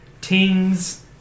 Ting's